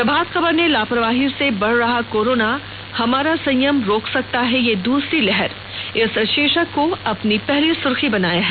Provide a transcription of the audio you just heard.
प्रभात खबर ने लापरवाही से बढ़ रहा कोरोना हमारा संयम रोक सकता है यह दूसरी लहर इस शीर्षक को अपनी पहली सुर्खी बनाई है